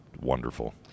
wonderful